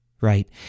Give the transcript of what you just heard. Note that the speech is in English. right